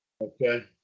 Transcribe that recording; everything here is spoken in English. Okay